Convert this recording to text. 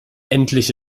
endlich